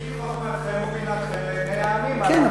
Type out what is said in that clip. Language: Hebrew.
"כי היא חכמתכם ובינתכם לעיני העמים" כן,